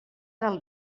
del